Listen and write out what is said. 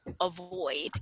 avoid